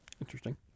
Interesting